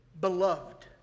beloved